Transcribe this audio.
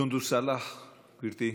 סונדוס סאלח, גברתי.